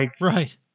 Right